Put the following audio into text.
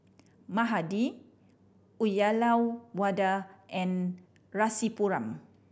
Mahade Uyyalawada and Rasipuram